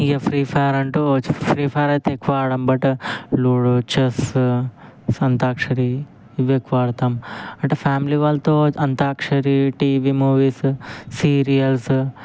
ఇక ఫ్రీఫయిర్ అంటూ ఓ ఫ్రీఫయిర్ అయితే ఎక్కువ ఆడం బట్ లూడో చెస్ అంత్యాక్షరి ఇవి ఎక్కువ ఆడుతాం అంటే ఫ్యామిలీ వాళ్ళతో అంత్యాక్షరి టీవీ మూవీసు సీరియల్సు